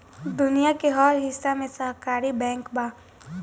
दुनिया के हर हिस्सा में सहकारी बैंक बा